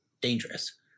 dangerous